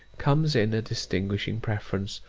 comes in a distinguishing preference,